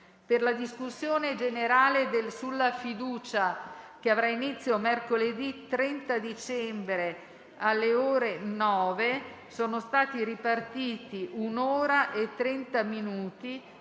Per la discussione sulla fiducia, che avrà inizio mercoledì 30 dicembre, alle ore 9, sono stati ripartiti un'ora e trenta minuti